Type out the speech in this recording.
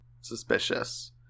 Suspicious